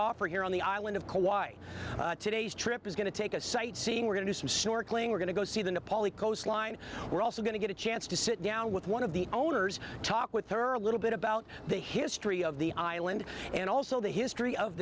offer here on the island of kauai today's trip is going to take a sightseeing we're going to claim we're going to go see the nepali coastline we're also going to get a chance to sit down with one of the owners talk with her a little bit about the history of the island and also the history of